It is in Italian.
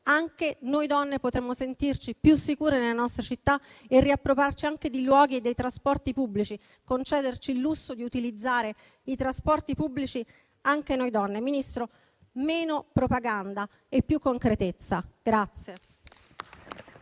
anche noi donne potremmo sentirci più sicure nelle nostre città e riappropriarci anche dei luoghi e dei trasporti pubblici, concederci il lusso di utilizzare i trasporti pubblici. Signor Ministro, meno propaganda e più concretezza.